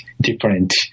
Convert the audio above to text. different